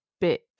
bit